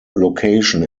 location